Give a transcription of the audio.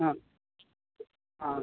ആ ആ